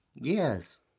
Yes